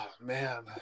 man